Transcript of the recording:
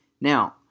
Now